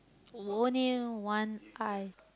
only one eye